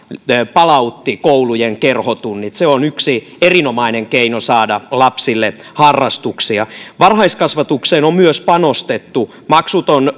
palautti koulujen kerhotunnit se on yksi erinomainen keino saada lapsille harrastuksia varhaiskasvatukseen on myös panostettu maksuton